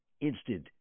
Instant